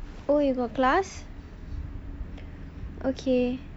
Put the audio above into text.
oh you got class okay